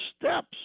steps